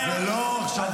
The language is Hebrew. שיבחת, אה, הוא לא עשה כלום?